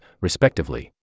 respectively